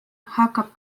hakkab